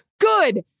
good